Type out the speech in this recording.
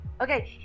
Okay